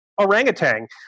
orangutan